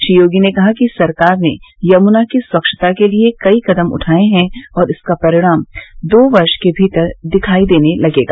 श्री योगी ने कहा कि सरकार ने यमुना की स्वच्छता के लिए कई कदम उठाए हैं और इसका परिणाम दो वर्ष के भीतर दिखायी देने लगेगा